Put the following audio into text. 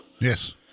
Yes